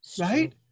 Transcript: right